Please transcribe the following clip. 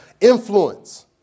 influence